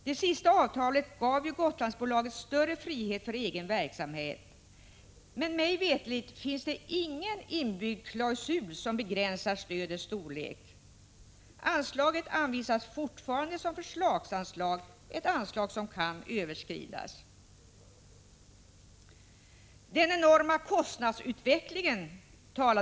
Det sista avtalet gav Gotlandsbolaget större frihet för egen verksamhet, men mig veterligt finns ingen inbyggd klausul som begränsar stödets storlek. Anslagen anvisas fortfarande som förslagsanslag, ett anslag som kan överskridas. Kurt Hugosson talade om den enorma kostnadsutvecklingen.